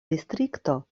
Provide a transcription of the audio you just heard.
distrikto